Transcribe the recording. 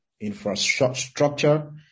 infrastructure